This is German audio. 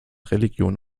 religion